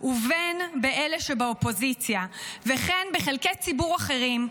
ובין באלה שבאופוזיציה, וכן בחלקי ציבור אחרים,